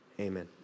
Amen